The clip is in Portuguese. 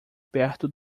perto